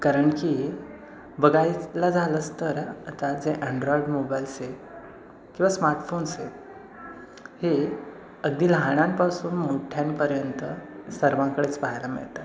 कारण की बघायला झालंच तर आता जे अँड्रॉईड मोबाईल्स आहे किंवा स्मार्टफोन्स आहेत हे अगदी लहाणांपासून मोठ्यांपर्यंत सर्वांकडेच पाहायला मिळतात